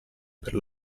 per